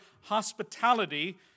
hospitality